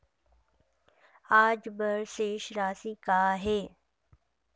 आज बर शेष राशि का हे?